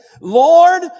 Lord